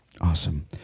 Awesome